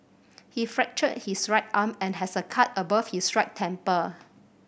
he fractured his right arm and has a cut above his right temple